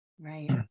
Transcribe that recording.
Right